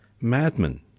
Madman